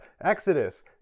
Exodus